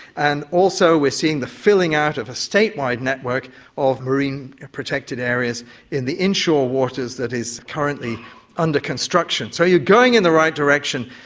and also we are seeing the filling-out of a state-wide network of marine protected areas in the inshore waters that is currently under construction. so you are going in the right direction,